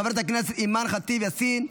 של חברת הכנסת אימאן ח'טיב יאסין,